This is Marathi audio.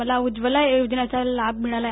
मला उज्वला योजनेचा लाभ मिळाला आहे